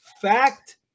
Fact